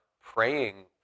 praying